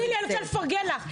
תני לי, אני רוצה לפרגן לך.